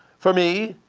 for me,